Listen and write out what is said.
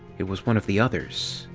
it was one of the others,